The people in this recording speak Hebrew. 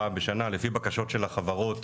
פעם בשנה לפי בקשות של החברות